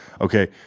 Okay